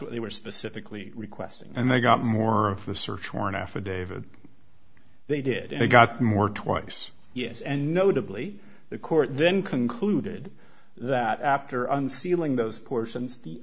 what they were specifically requesting and they got more of a search warrant affidavit they did and they got more twice yes and notably the court then concluded that after unsealing those portions